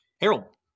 Harold